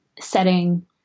setting